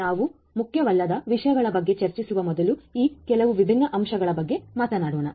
ನಾವು ಮುಖ್ಯವಲ್ಲದ ವಿಷಯಗಳ ಬಗ್ಗೆ ಚರ್ಚಿಸುವ ಮೊದಲು ಈ ಕೆಲವು ವಿಭಿನ್ನ ಅಂಶಗಳ ಬಗ್ಗೆ ಮಾತನಾಡೋಣ